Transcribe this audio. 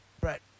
Brett